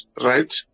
right